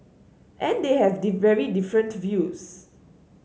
and they have the very different views